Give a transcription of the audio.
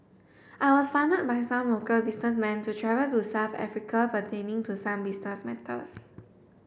I was funded by some local businessmen to travel to South Africa pertaining to some business matters